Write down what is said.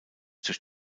durch